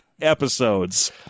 episodes